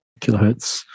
kilohertz